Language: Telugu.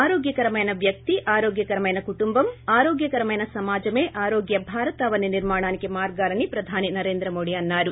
ఆరోగ్యకరమైన వ్వక్తి ఆరోగ్యకరమైన కుటుంబం ఆరోగ్యకరమైన సమాజమే ఆరోగ్య భారతవని నిర్మాణానికి మార్గాలని ప్రధాని నరెంద్రమోది అన్నారు